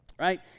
Right